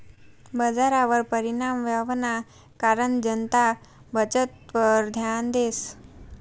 बजारवर परिणाम व्हवाना कारण जनता बचतवर ध्यान देस